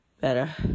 Better